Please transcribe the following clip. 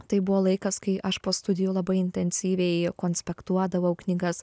tai buvo laikas kai aš po studijų labai intensyviai konspektuodavau knygas